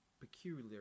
peculiar